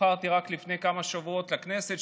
נבחרתי רק כמה שבועות לפני כן לכנסת,